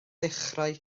ddechrau